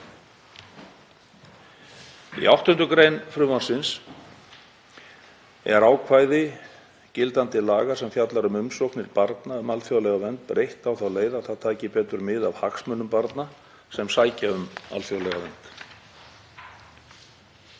Í 8. gr. frumvarpsins er ákvæði gildandi laga sem fjallar um umsóknir barna um alþjóðlega vernd breytt á þá leið að það taki betur mið af hagsmunum barna sem sækja um alþjóðlega vernd.